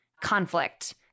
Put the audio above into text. conflict